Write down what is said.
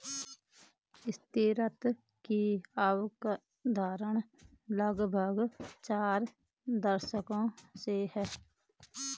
स्थिरता की अवधारणा लगभग चार दशकों से है